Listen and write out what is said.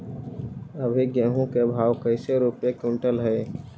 अभी गेहूं के भाव कैसे रूपये क्विंटल हई?